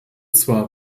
zwar